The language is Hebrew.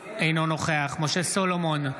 אינו נוכח משה סולומון,